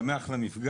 אני שמח למפגש,